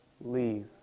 Leave